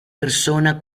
persona